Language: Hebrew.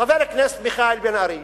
חבר הכנסת מיכאל בן-ארי,